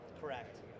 Correct